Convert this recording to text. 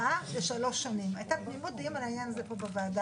היא עניינית לגמרי.